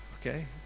Okay